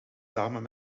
samen